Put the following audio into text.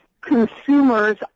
consumers